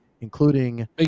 including